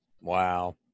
Wow